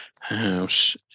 house